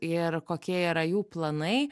ir kokie yra jų planai